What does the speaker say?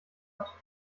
hat